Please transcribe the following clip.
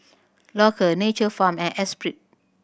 Loacker Nature Farm and Espirit